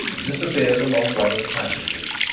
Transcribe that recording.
disappeared along one of the passages.